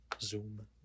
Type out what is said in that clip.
Zoom